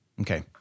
Okay